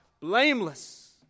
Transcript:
blameless